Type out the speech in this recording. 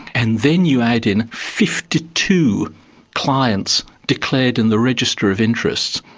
and then you add in fifty two clients declared in the register of interests,